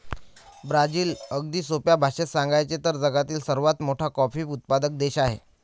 Brazil, अगदी सोप्या भाषेत सांगायचे तर, जगातील सर्वात मोठा कॉफी उत्पादक देश आहे